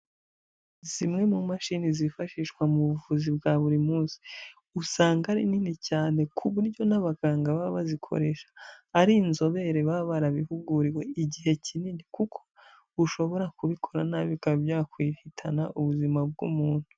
Zimwe mu mashini zifashishwa mu buvuzi bwa buri munsi, usanga ari nini cyane ku buryo n'abaganga baba bazikoresha, ari inzobere baba barabihuguriwe igihe kinini, kuko ushobora kubikora nabi bikaba byahitana ubuzima bw'umuntu.